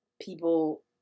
people